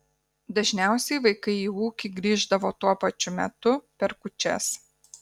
dažniausiai vaikai į ūkį grįždavo tuo pačiu metu per kūčias